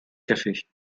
café